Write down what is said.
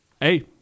hey